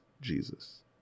Jesus